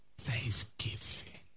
Thanksgiving